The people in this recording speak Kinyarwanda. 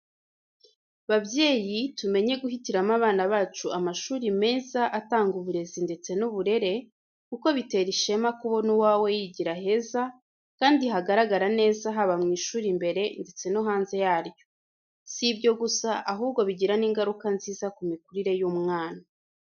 Babyeyi, tumenye guhitiramo abana bacu amashuri meza atanga uburezi ndetse n’uburere, kuko bitera ishema kubona uwawe yigira heza kandi hagaragara neza haba mu ishuri imbere ndetse no hanze yaryo. Si ibyo gusa, ahubwo bigira n’ingaruka nziza ku mikurire y’umwana.